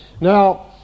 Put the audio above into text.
Now